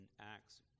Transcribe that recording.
Acts